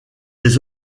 des